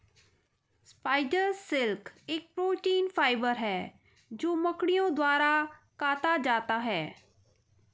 spider silk एक protein fibre है जो मकड़ियों द्वारा काता जाता है